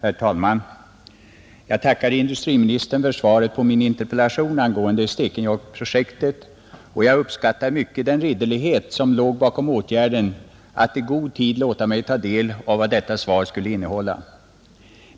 Herr talman! Jag tackar industriministern för svaret på min interpellation angående Stekenjokkprojektet, och jag uppskattar mycket den ridderlighet som låg bakom åtgärden att i god tid låta mig ta del av vad detta svar skulle innehålla.